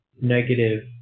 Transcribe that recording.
negative